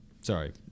sorry